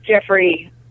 Jeffrey